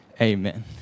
Amen